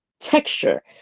texture